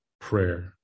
prayer